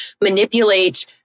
manipulate